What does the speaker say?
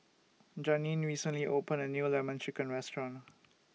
Janeen recently opened A New Lemon Chicken Restaurant